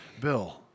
Bill